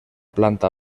planta